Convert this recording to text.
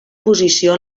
posició